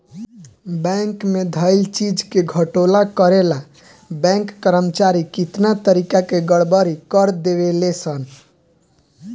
bank में धइल चीज के घोटाला करे ला बैंक कर्मचारी कितना तारिका के गड़बड़ी कर देवे ले सन